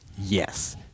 Yes